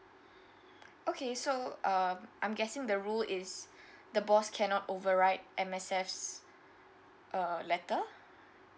okay so um I'm guessing the rule is the boss cannot overwrite M_S_F uh letter